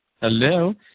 Hello